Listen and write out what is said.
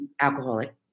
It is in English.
alcoholic